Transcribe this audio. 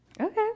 Okay